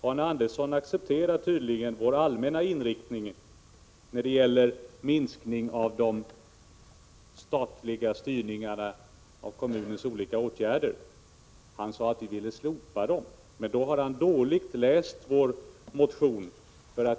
Arne Andersson accepterar tydligen vår allmänna inställning när det gäller minskningen av den statliga styrningen av kommunens olika åtgärder. Han sade att vi ville slopa den, men då har han läst på dåligt i vår motion.